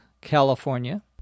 California